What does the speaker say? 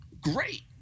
great